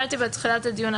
כמו שאמרתי בתחילת הדיון,